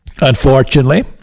Unfortunately